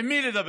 עם מי לדבר?